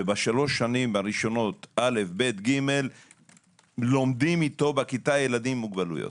ובשלוש השנים הראשונות לומדים איתו בכיתה ילדים עם מוגבלויות.